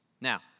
Now